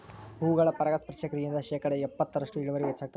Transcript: ಹೂಗಳ ಪರಾಗಸ್ಪರ್ಶ ಕ್ರಿಯೆಯಿಂದ ಶೇಕಡಾ ಇಪ್ಪತ್ತರಷ್ಟು ಇಳುವರಿ ಹೆಚ್ಚಾಗ್ತದ